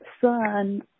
son